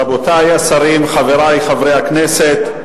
רבותי השרים, חברי חברי הכנסת,